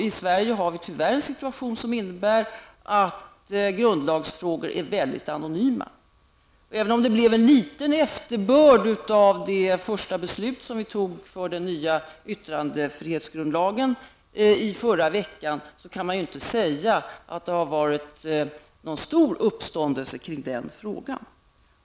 I Sverige har vi tyvärr en situation där grundlagsfrågor är väldigt anonyma. Det blev visserligen en liten efterbörd av det första beslut som vi tog för den nya yttrandefrihetsgrundlagen förra veckan, men man kan ju inte säga att det varit någon stor uppståndelse kring den frågan.